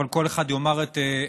אבל כל אחד יאמר את עמדתו,